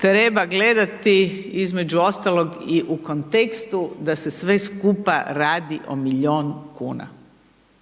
treba gledati između ostalog i u kontekstu da se sve skupa radi o milijun kuna.